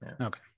okay